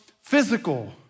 physical